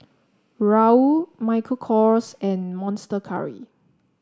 Raoul Michael Kors and Monster Curry